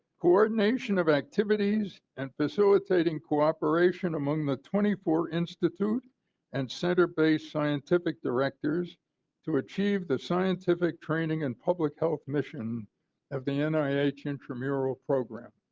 coordination of activities and facilitating cooperation among the twenty four institute and center-based scientific directors to, achieve the scientific training and hub health mission of the and nih intramural program.